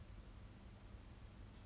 like we cannot talk about passion leh